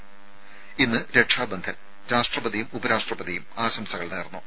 ത ഇന്ന് രക്ഷാബന്ധൻ രാഷ്ട്രപതിയും ഉപരാഷ്ട്രപതിയും ആശംസകൾ നേർന്നു